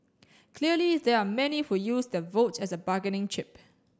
clearly there are many who use their vote as a bargaining chip